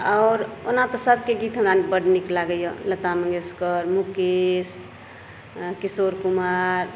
आओर ओना तऽ सभके गीत हमरा बड नीक लागैया लता मंगेशकर मुकेश किशोर कुमार